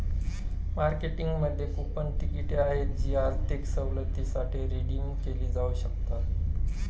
मार्केटिंगमध्ये कूपन तिकिटे आहेत जी आर्थिक सवलतींसाठी रिडीम केली जाऊ शकतात